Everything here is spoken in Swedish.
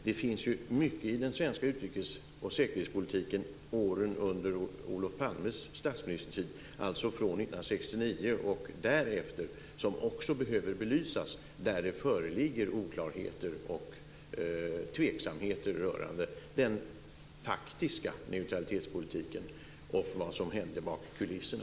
Det finns dock mycket i den svenska utrikes och säkerhetspolitiken under Olof Palmes statsministertid, dvs. från 1969 och därefter, som också behöver belysas och där det föreligger oklarheter och tveksamheter rörande den faktiska neutralitetspolitiken och vad som hände bakom kulisserna.